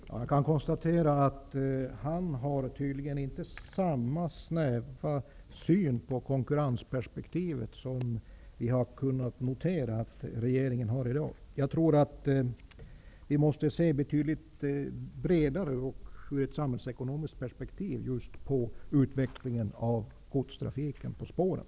Fru talman! Jag kan konstatera att Karel van Miert tydligen inte har samma snäva syn på konkurrensperspektivet som vi har kunnat notera att regeringen har i dag. Jag tror att vi måste se betydligt vidare och i ett samhällsekonomiskt perspektiv just på utvecklingen av godstrafiken på spåren.